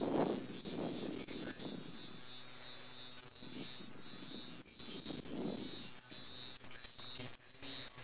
ya go around the world and also get what they want so it's a win-win situation for me and them also